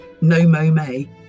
no-mo-may